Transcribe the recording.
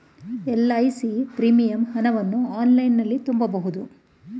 LIC premium ಹಣವನ್ನು ಆನ್ಲೈನಲ್ಲಿ ತುಂಬಬಹುದು